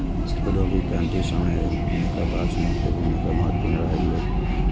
औद्योगिक क्रांतिक समय मे कपास मिल के भूमिका महत्वपूर्ण रहलै